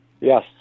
Yes